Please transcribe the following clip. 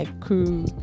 crew